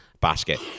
basket